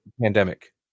pandemic